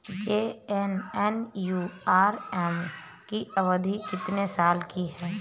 JNNURM की अवधि कितने साल की है?